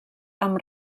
amb